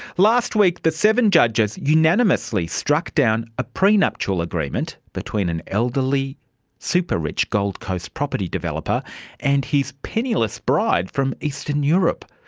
last week the seven judges unanimously struck down a prenuptial agreement between an elderly super-rich gold coast property developer and his penniless bride from eastern europe.